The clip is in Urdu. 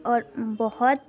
اور بہت